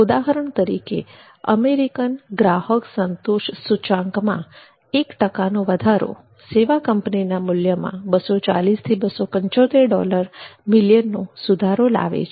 ઉદાહરણ તરીકે અમેરિકન ગ્રાહક સંતોષ સૂચાંકમાં એક ટકાનો વધારો સેવા કંપનીના મૂલ્યમાં 240 થી 275 ડોલર મિલિયન નો સુધારો લાવે છે